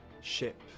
ship